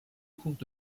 cours